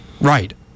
Right